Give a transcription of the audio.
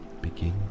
begin